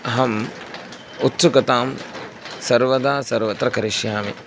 अहम् उत्सुकतां सर्वदा सर्वत्र करिष्यामि